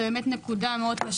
זאת באמת נקודה קשה מאוד.